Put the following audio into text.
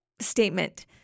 statement